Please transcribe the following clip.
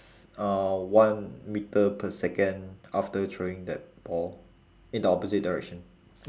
uh one metre per second after throwing that ball in the opposite direction